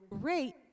great